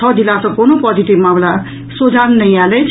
छओ जिला सँ कोनो पॉजिटिव मामिला सोझा नहि आयल अछि